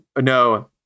No